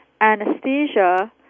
anesthesia